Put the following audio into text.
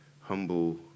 humble